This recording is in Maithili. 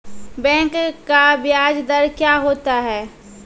बैंक का ब्याज दर क्या होता हैं?